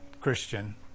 Christian